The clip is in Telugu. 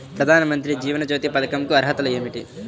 ప్రధాన మంత్రి జీవన జ్యోతి పథకంకు అర్హతలు ఏమిటి?